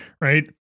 right